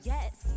Yes